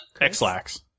Xlax